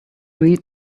read